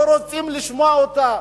לא רוצים לשמוע אותה.